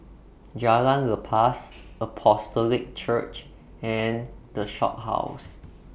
Jalan Lepas Apostolic Church and The Shophouse